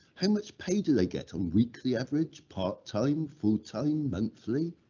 how much pay do they get on weekly average, part-time, full-time, monthly,